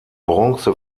bronze